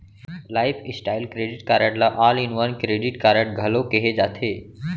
lifestyle credit card ल all in one credit card घलो केहे जाथे